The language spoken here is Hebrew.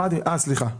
סליחה.